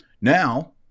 Now